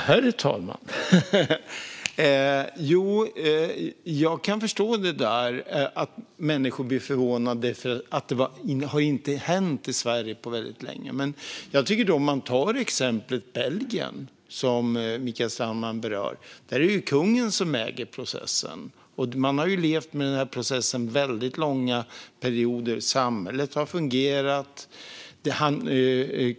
Herr talman! Jag kan förstå att människor blev förvånade eftersom det inte hade hänt i Sverige på väldigt länge. I exemplet Belgien, som Mikael Strandman tar upp, är det kungen som äger processen. Man har levt med denna process under väldigt långa perioder, medan samhället har fungerat.